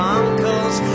uncles